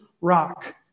rock